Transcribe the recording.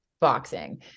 boxing